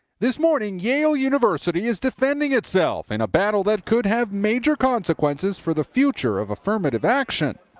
this morning yale university is defending itself in a battle that could have major consequences for the future of affirmative action.